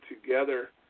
together